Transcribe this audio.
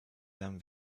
them